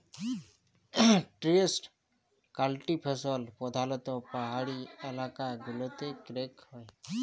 terrace cultivation প্রধালত্ব পাহাড়ি এলাকা গুলতে ক্যরাক হ্যয়